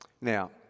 Now